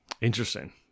Interesting